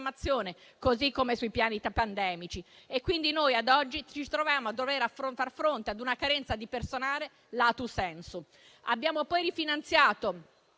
così come sui piani pandemici. Quindi ad oggi ci troviamo a far fronte a una carenza di personale *lato sensu*. Abbiamo poi rifinanziato,